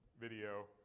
video